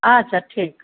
आर सब ठीक